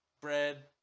Bread